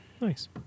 Nice